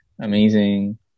Amazing